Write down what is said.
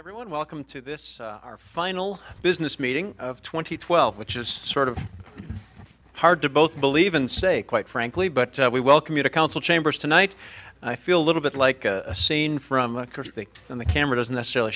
everyone welcome to this our final business meeting of twenty twelve which is sort of hard to both believe and say quite frankly but we welcome you to council chambers tonight i feel a little bit like a scene from when the camera doesn't necessarily